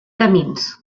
camins